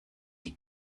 die